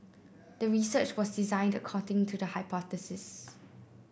the research was designed according to the hypothesis